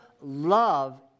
love